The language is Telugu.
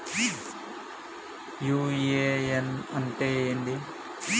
యు.ఎ.ఎన్ అంటే ఏంది?